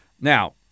Now